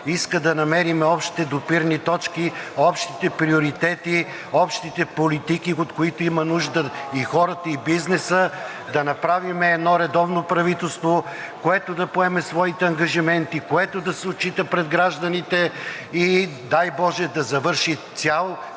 иска да намерим общите допирни точки, общите приоритети, общите политики, от които имат нужда и хората, и бизнеса – да направим едно редовно правителство, което да поеме своите ангажименти, което да се отчита пред гражданите и дай боже, да завърши цял